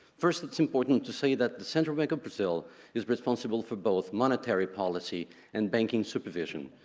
first it's important to say that the central bank of brazil is responsible for both monetary policy and banking supervision.